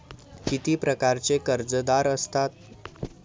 किती प्रकारचे कर्जदार असतात